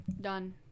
Done